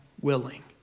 willing